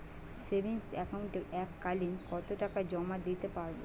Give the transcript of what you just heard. Savings একাউন্টে এক কালিন কতটাকা জমা দিতে পারব?